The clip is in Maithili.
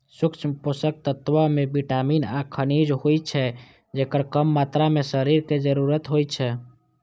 सूक्ष्म पोषक तत्व मे विटामिन आ खनिज होइ छै, जेकर कम मात्रा मे शरीर कें जरूरत होइ छै